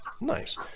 Nice